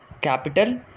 Capital